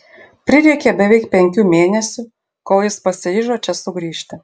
prireikė beveik penkių mėnesių kol jis pasiryžo čia sugrįžti